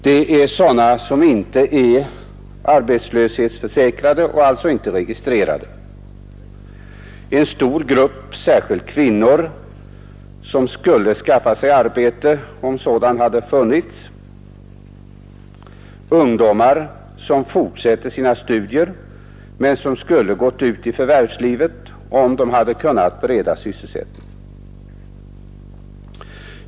Där gäller det sådana människor som inte är arbetslöshetsförsäkrade och alltså inte är registrerade. En stor grupp, särskilt kvinnor, skulle ha skaffat sig arbete, om det hade funnits något. Vidare har vi ungdomar som fortsätter sina studier, men som skulle ha gått ut i förvärvslivet om de hade kunnat få sysselsättning.